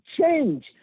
change